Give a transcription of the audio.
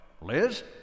Liz